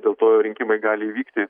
dėl to rinkimai gali vykti